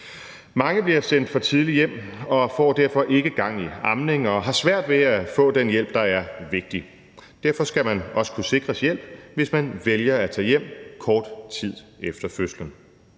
Mange bliver sendt for tidligt hjem og får derfor ikke gang i amning og har svært ved at få den hjælp, der er vigtig. Derfor skal man også kunne sikres hjælp, hvis man vælger at tage hjem kort tid efter fødslen.